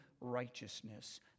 righteousness